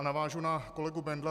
Navážu na kolegu Bendla.